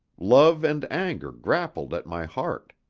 love and anger grappled at my heart.